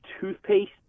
toothpaste